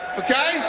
okay